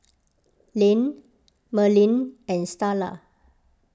Len Merlene and Starla